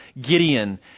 Gideon